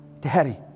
Daddy